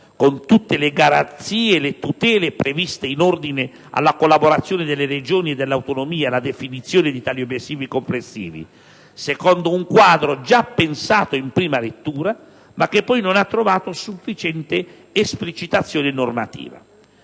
con tutte le garanzie e le tutele previste in ordine alla collaborazione delle Regioni e delle autonomie alla definizione di tali obiettivi complessivi, secondo un quadro già pensato in prima lettura ma che poi non ha trovato sufficiente esplicitazione normativa.